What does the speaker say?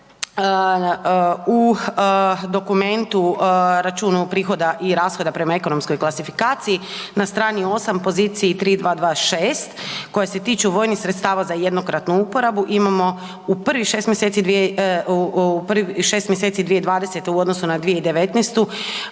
u dokumentu, računu prihoda i rashoda prema ekonomskoj klasifikaciji na strani 8, poziciji 3226 koja se tiče vojnih sredstava za jednokratnu uporabu, imamo u prvih 6. mjeseci, u prvih 6. mjeseci 2020. u odnosu na 2019.,